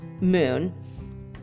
moon